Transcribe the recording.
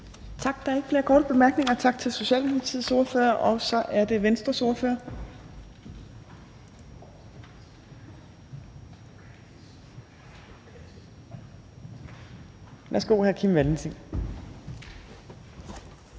Tak. Der er ikke flere korte bemærkninger, så tak til Socialdemokratiets ordfører. Så er det Venstres ordfører. Værsgo til hr. Kim Valentin.